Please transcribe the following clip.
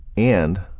and,